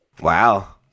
Wow